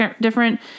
different